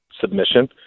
submission